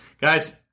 guys